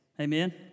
Amen